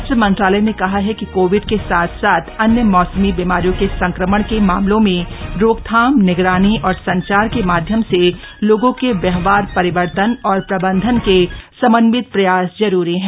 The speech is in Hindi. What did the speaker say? स्वास्थ्य मंत्रालय ने कहा है कि कोविड के साथ साथ अन्य मौसमी बीमारियों के संक्रमण के मामलों में रोकथाम निगरानी और संचार के माध्यम से लोगों के व्यवहार परिवर्तन और प्रबंधन के समन्वित प्रयास जरूरी हैं